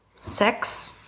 sex